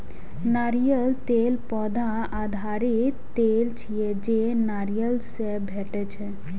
नारियल तेल पौधा आधारित तेल छियै, जे नारियल सं भेटै छै